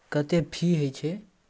आओर ओ हमरा बहुते पसन्द छल